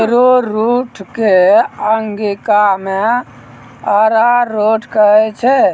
arrowroot कॅ अंगिका मॅ अरारोट कहै छै